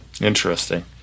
Interesting